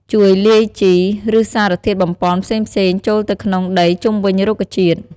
ជួយលាយជី ឬសារធាតុបំប៉នផ្សេងៗចូលទៅក្នុងដីជុំវិញរុក្ខជាតិ។